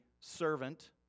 servant